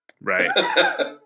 Right